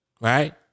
Right